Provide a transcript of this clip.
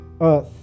earth